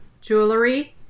Jewelry